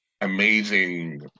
amazing